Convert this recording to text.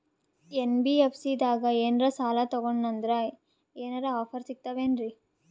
NBFC ದಾಗ ಏನ್ರ ಸಾಲ ತೊಗೊಂಡ್ನಂದರ ಏನರ ಆಫರ್ ಸಿಗ್ತಾವೇನ್ರಿ?